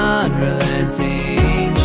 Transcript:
unrelenting